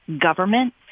government